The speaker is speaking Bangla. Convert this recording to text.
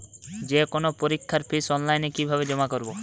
যে কোনো পরীক্ষার ফিস অনলাইনে কিভাবে জমা করব?